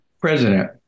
president